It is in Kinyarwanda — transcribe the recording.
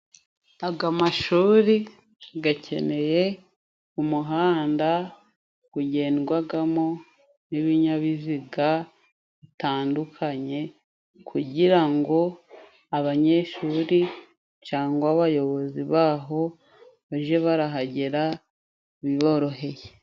Aga mashuri gakeneye umuhanda. Ugendwagamo n'ibinyabiziga bitandukanye kugirango abanyeshuri, cyangwa abayobozi baho baje barahagera biboroheye.